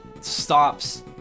stops